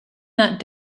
that